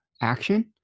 action